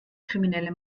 kriminelle